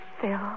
Phil